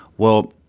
well,